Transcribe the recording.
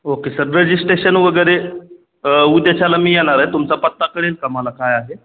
okay sir registration वगैरे उद्याच्याला मी येणार आहे तुमचा पत्ता कळेन का मला काय आहे